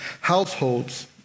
households